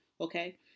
Okay